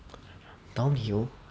downhill